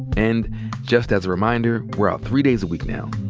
and just as a reminder, we're out three days a week now.